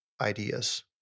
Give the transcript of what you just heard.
ideas